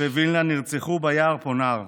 בווילנה נרצחו ביער פונאר.